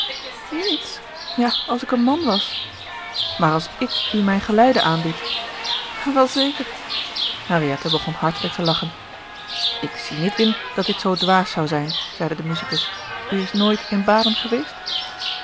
niets ja als ik een man was maar als ik u mijn geleide aanbied wel zeker henriette begon hartelijk te lachen ik zie niet in dat dit zoo dwaas zou zijn zeide de musicus u is nooit in baden geweest